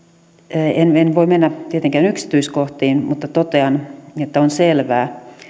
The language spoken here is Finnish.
en en voi mennä tietenkään yksityiskohtiin mutta totean että on selvää